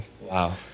wow